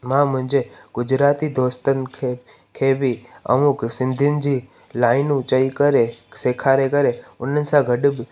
मां मुंहिंजे गुजराती दोस्तनि खे खे बि अमुक सिंधियुनि जी लाइनूं चई करे सेखारे करे उन्हनि सां गॾु बि